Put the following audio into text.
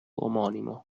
omonimo